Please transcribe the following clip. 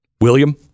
William